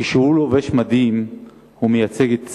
כשהוא לובש מדים הוא מייצג את צה"ל,